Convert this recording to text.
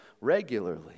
regularly